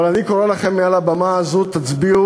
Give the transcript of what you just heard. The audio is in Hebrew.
אבל אני קורא לכם מעל הבמה הזאת: תצביעו